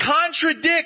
contradict